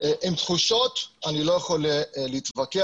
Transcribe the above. עם תחושות אני לא יכול להתווכח,